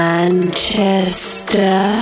Manchester